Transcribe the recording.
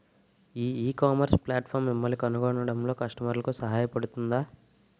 ఈ ecommerce platform మిమ్మల్ని కనుగొనడంలో కస్టమర్లకు సహాయపడుతుందా?